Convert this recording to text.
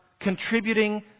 contributing